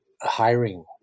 hiring